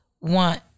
want